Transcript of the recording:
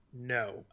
No